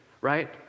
right